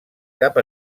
cap